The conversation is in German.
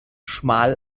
schmal